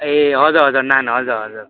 ए हजुर हजुर नान हजुर हजुर